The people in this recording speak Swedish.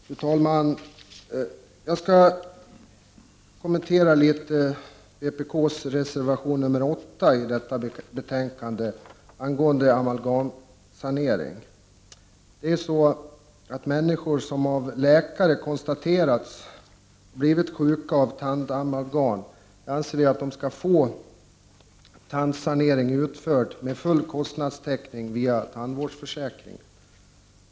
Fru talman! Jag skall något kommentera vpk:s reservation nr 8 i detta betänkande angående amalgamsanering. anser vi skall få tandsanering utförd med full kostnadstäckning via tandvårdsförsäkringen.